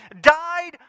died